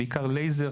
בעיקר לייזר,